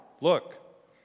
Look